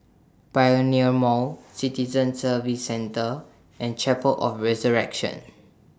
Pioneer Mall Citizen Services Centre and Chapel of Resurrection